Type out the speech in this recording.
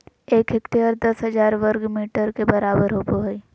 एक हेक्टेयर दस हजार वर्ग मीटर के बराबर होबो हइ